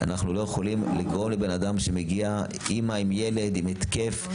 אנחנו לא יכולים לגרום למצב שאימא שמגיעה עם ילדה בזמן התקף,